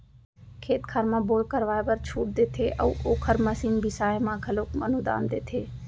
खेत खार म बोर करवाए बर छूट देते अउ ओखर मसीन बिसाए म घलोक अनुदान देथे